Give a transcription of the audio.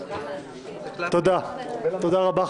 תודה רבה.